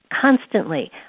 constantly